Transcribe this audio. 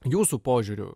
jūsų požiūriu